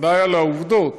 ודאי על העובדות.